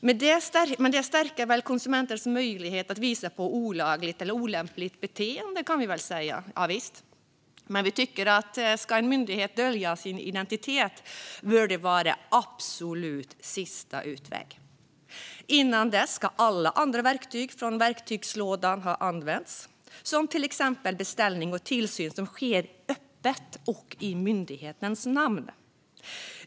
Men detta stärker väl konsumentens möjlighet att visa på olagligt eller olämpligt beteende? Javisst, men ska en myndighet dölja sin identitet bör det vara den absolut sista utvägen, tycker vi. Innan dess ska alla andra verktyg från verktygslådan ha använts, som till exempel beställning och tillsyn som sker öppet och i myndighetens namn.